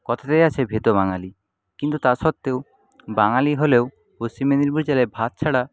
কথাতেই আছে ভেতো বাঙালি কিন্তু তা সত্ত্বেও বাঙালি হলেও পশ্চিম মেদিনীপুর জেলায় ভাত ছাড়া